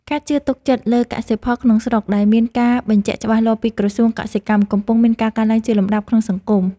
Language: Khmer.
ការជឿទុកចិត្តលើកសិផលក្នុងស្រុកដែលមានការបញ្ជាក់ច្បាស់លាស់ពីក្រសួងកសិកម្មកំពុងមានការកើនឡើងជាលំដាប់ក្នុងសង្គម។